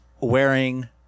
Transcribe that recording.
wearing